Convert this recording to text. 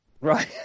right